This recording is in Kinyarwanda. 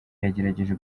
yagerageje